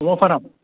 अमा फाराम